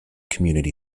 community